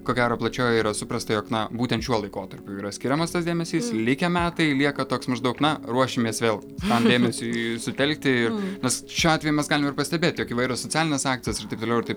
ko gero plačiojoj yra suprasta jog na būtent šiuo laikotarpiu yra skiriamas tas dėmesys likę metai lieka toks maždaug na ruošimės vėl tam dėmesiui sutelkti ir nes šiuo atveju mes galim ir pastebėt jog įvairios socialinės akcijos ir taip toliau ir taip